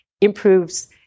improves